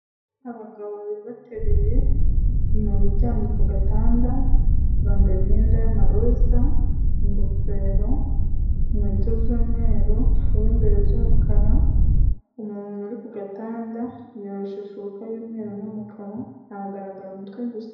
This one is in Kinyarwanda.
Abagabo babiri bateruye umuntu uryamye ku gatanda bambaye imyenda y'amaroza, gofero inkweto z'umweru, sombere z'umukara umuntu uri ku gatanda yiyoroshe ishuka y'umweru n'umukara ahagaragara umutwe gusa.